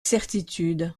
certitude